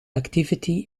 activity